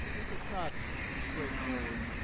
it's not straightforward,